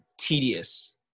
tedious